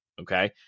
Okay